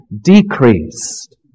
decreased